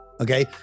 okay